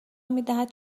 میدهد